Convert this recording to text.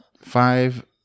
five